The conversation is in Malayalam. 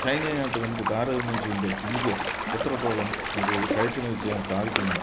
ചൈനയുമായിട്ട് നമുക്ക് താരതമ്യം ചെയ്യുമ്പം ഇന്ത്യ എത്രത്തോളം ഒരു കയറ്റുമതി ചെയ്യാൻ സാധിക്കുന്നുണ്ട്